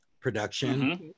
production